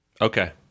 Okay